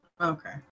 okay